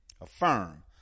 Affirm